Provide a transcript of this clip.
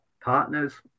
partners